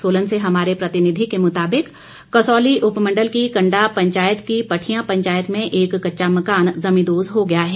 सोलन से हमारे प्रतिनिधि के मुताबिक कसौली उपमंडल की कंडा पंचायत की पठियां गांव में एक कच्चा मकान जमींदोज हो गया है